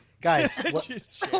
Guys